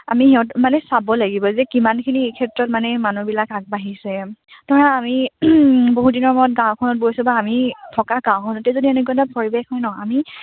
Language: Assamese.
আমি সিহঁত মানে চাব লাগিব যে কিমানখিনি এই ক্ষেত্ৰত মানে মানুহবিলাক আগবাঢ়িছে ধৰা আমি বহু দিনৰ মূৰত গাঁওখনত গৈছোঁ বা আমি থকা গাঁওখনতে যদি এনেকুৱা এটা পৰিৱেশ হয় নহ্ আমি